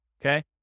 okay